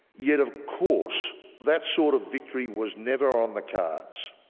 yet of course that sort of victory was never on the cards.